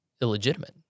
illegitimate